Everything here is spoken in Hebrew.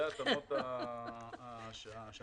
יש